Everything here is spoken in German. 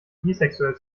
bisexuell